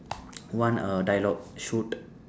one err dialogue shoot